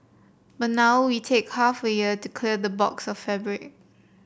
but now we take half a year to clear a box of fabric